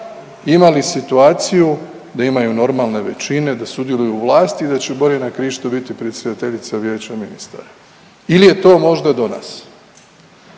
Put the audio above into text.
imali situaciju da imaju normalne većine, da sudjeluju u vlasti i da će Borjana Krišto biti predsjedateljica Vijeća ministara ili je to možda do nas?